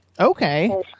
Okay